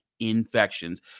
Infections